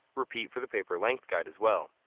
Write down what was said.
repeat for the paper length guide as well.